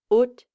ut